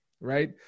right